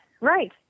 right